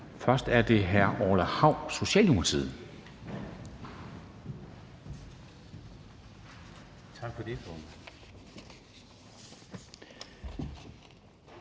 Først er det hr. Orla Hav, Socialdemokratiet.